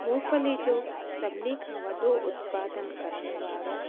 मूंगफली जो सभिनी खां वॾो उत्पादन करणु वारो